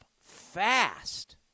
fast